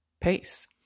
pace